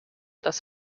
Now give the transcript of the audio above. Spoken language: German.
das